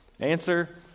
Answer